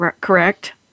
correct